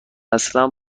اصلا